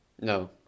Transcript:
no